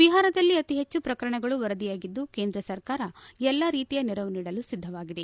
ಬಿಹಾರದಲ್ಲಿ ಅತಿ ಹೆಚ್ಚು ಪ್ರಕರಣಗಳು ವರದಿಯಾಗಿದ್ದು ಕೇಂದ್ರ ಸರಕಾರ ಎಲ್ಲ ರೀತಿಯ ನೆರವು ನೀಡಲು ಸಿಧ್ಲವಾಗಿದೆ